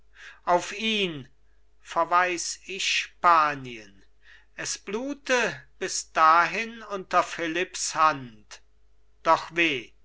auf ihn verweis ich spanien es blute bis dahin unter philipps hand doch weh